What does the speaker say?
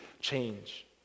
change